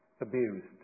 abused